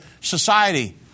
society